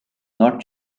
not